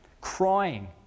crying